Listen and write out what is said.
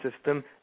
system